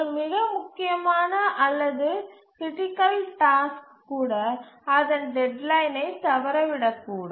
ஒரு மிக முக்கியமான அல்லது கிரிட்டிக்கல் டாஸ்க் கூட அதன் டெட்லைனை தவறவிடக்கூடும்